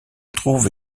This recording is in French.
trouve